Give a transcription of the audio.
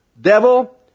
devil